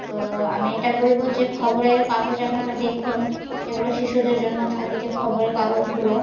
তো আমি এটা বলব যে খবরের কাগজ আপনারা দেখুন যেগুলো শিশুদের জন্য থাকে যে খবরের কাগজগুলো